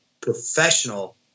professional